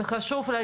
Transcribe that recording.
זה חשוב לה,